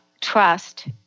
trust